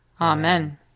Amen